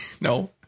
No